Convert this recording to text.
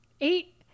eight